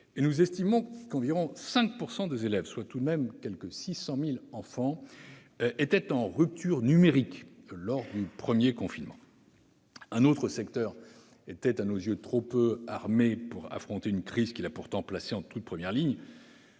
Nous estimons ainsi que 5 % environ des élèves, soit, tout de même, 600 000 enfants, étaient en rupture numérique lors du premier confinement. Un autre secteur trop peu armé pour affronter une crise qui l'a pourtant placé en toute première ligne